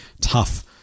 tough